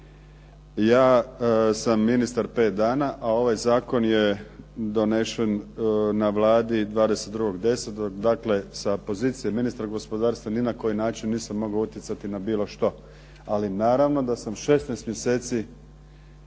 Ja sam ministar pet dana a ovaj zakon je donešen na Vladi 22.10. Dakle, sa pozicije ministra gospodarstva ni na koji način nisam mogao utjecati na bilo što. Ali naravno da sam 16 mjeseci